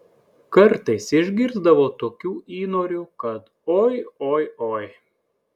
kartais išgirsdavau tokių įnorių kad oi oi oi